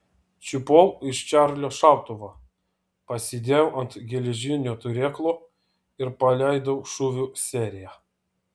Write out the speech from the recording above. čiupau iš čarlio šautuvą pasidėjau ant geležinio turėklo ir paleidau šūvių seriją